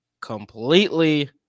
completely